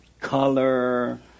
color